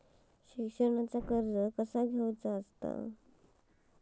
शिक्षणाचा कर्ज कसा घेऊचा हा?